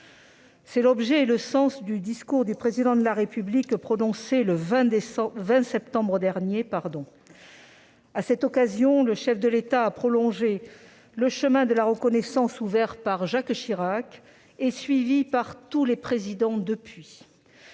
est l'objet et le sens du discours du Président de la République prononcé le 20 septembre dernier. À cette occasion, le chef de l'État a prolongé le chemin de la reconnaissance ouvert par Jacques Chirac et suivi par tous ses successeurs depuis